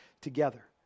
together